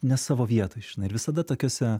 ne savo vietoj žinai ir visada tokiuose